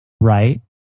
right